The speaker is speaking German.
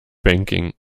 banking